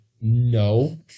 no